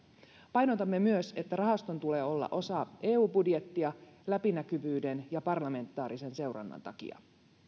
painotamme myös että rahaston tulee olla osa eu budjettia läpinäkyvyyden ja parlamentaarisen seurannan takia